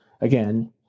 again